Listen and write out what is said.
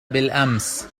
بالأمس